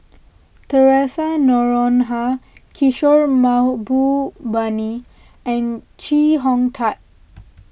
theresa Noronha Kishore Mahbubani and Chee Hong Tat